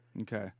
Okay